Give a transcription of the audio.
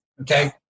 okay